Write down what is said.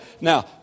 Now